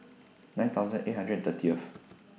nine thousand eight hundred and thirtieth